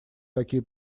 такие